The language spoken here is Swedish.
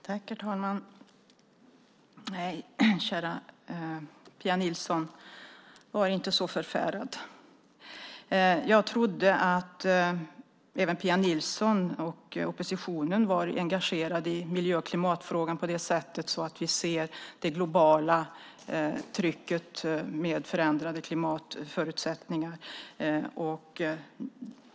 Herr talman! Nej, kära Pia Nilsson, var inte så förfärad! Jag trodde att även Pia Nilsson och oppositionen var engagerade i miljö och klimatfrågan på det sättet att vi ser det globala trycket med förändrade klimatförutsättningar.